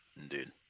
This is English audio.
Indeed